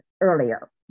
earlier